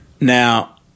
Now